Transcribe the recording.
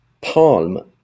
Palm